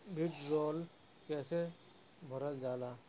भीडरौल कैसे भरल जाइ?